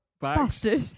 bastard